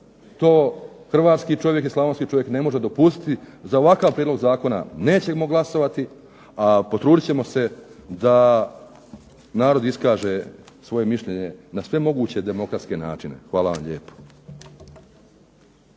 To hrvatski čovjek i slavonski čovjek ne može dopustiti. Za ovakav prijedlog zakona nećemo glasovati, a potrudit ćemo se da narod iskaže svoje mišljenje na sve moguće demokratske načine. Hvala vam lijepo.